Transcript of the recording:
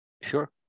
sure